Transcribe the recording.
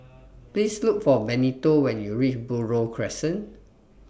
Please Look For Benito when YOU REACH Buroh Crescent